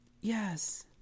Yes